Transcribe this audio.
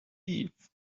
eve